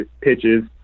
pitches